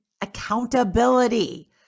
accountability